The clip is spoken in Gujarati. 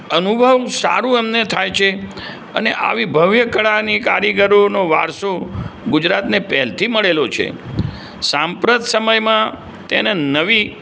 અનુભવ સારું એમને થાય છે અને આવી ભવ્ય કળાની કારીગરોનો વારસો ગુજરાતને પહેલથી મળેલો છે સાંપ્રત સમયમાં તેને નવી